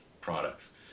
products